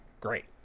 great